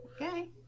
okay